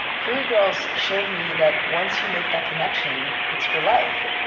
career girls showed me that once you make that connection, it's for life.